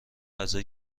غذا